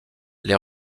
les